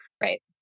Right